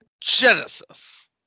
Genesis